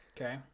Okay